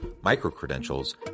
micro-credentials